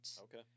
Okay